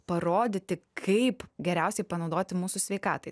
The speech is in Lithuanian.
parodyti kaip geriausiai panaudoti mūsų sveikatai